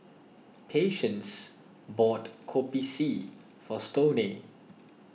Patience bought Kopi C for Stoney